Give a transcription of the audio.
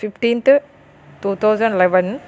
fifteenth two thousand eleven